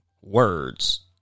words